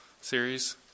series